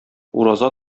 ураза